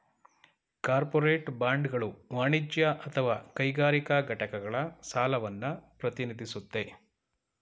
corporate ಬಾಂಡ್ಗಳು ವಾಣಿಜ್ಯ ಅಥವಾ ಕೈಗಾರಿಕಾ ಘಟಕಗಳ ಸಾಲವನ್ನ ಪ್ರತಿನಿಧಿಸುತ್ತೆ